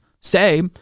say